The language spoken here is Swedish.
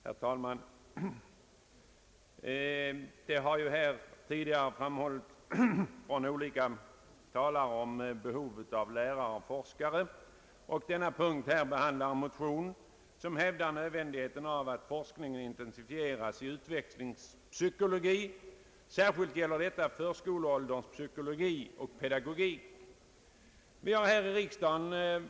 Herr talman! Olika talare har tidigare framhållit behovet av lärare och forskare. I denna punkt behandlas en motion, som hävdar nödvändigheten av att forskningen i utvecklingspsykologi intensifieras, särskilt gäller detta förskoleålderns psykologi och pedagogik.